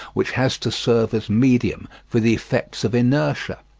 which has to serve as medium for the effects of inertia.